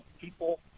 people